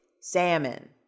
salmon